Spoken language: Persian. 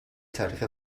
تاریخ